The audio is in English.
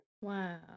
wow